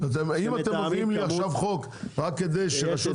אם אתם נותנים לי עכשיו חוק רק כדי שרשות